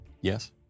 Yes